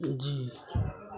जी